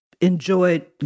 enjoyed